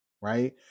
right